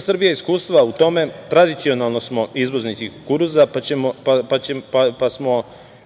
Srbija iskustva u tome. Tradicionalno smo izvoznici kukuruza, pa smo